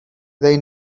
they